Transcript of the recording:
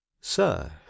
Sir